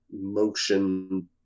motion